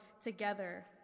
together